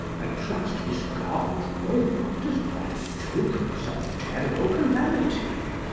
i trust this garb of woe does not betoken some terrible calamity?